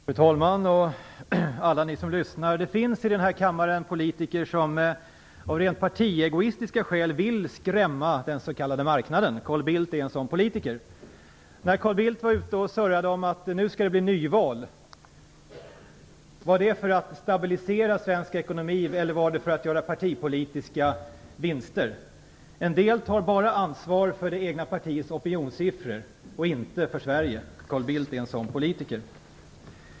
Fru talman! Alla ni som lyssnar! Det finns här i kammaren politiker som av rent partiegoistiska skäl vill skrämma den s.k. marknaden. Carl Bildt är en sådan politiker. När Carl Bildt var ute och surrade om att det skulle bli nyval - var det för att stabilisera svensk ekonomi eller var det för att göra partipolitiska vinster? En del tar bara ansvar för det egna partiets opinionssiffror och inte för Sverige. Carl Bildt är en sådan politiker.